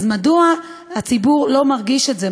אז מדוע הציבור לא מרגיש את זה?